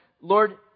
Lord